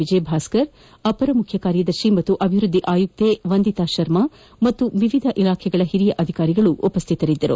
ವಿಜಯಭಾಸ್ಕರ್ ಅಪರ ಮುಖ್ಯ ಕಾರ್ಯದರ್ಶಿ ಹಾಗೂ ಅಭಿವೃದ್ದಿ ಆಯುಕ್ತೆ ವಂದಿತಾ ಶರ್ಮಾ ಮತ್ತು ವಿವಿಧ ಇಲಾಖೆಗಳ ಹಿರಿಯ ಅಧಿಕಾರಿಗಳು ಉಪಸ್ವಿತರಿದ್ದರು